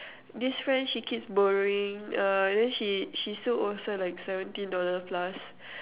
this friend she keeps borrowing uh then she she still owes her like seventeen dollar plus